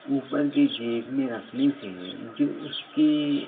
اوپر کے جیب میں رکھنے سے جو اُس کی